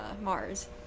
Mars